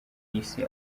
isi